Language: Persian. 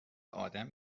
آدم